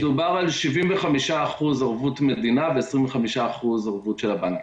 דובר על 75% ערבות מדינה ו-25% ערבות של הבנקים.